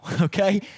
okay